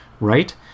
right